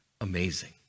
amazing